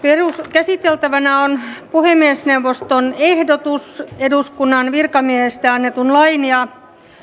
käsiteltävänä on puhemiesneuvoston ehdotus eduskunnan virkamiehistä annetun lain ja